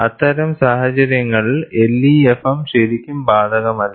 അത്തരം സാഹചര്യങ്ങളിൽ LEFM ശരിക്കും ബാധകമല്ല